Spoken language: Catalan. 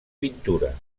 pintura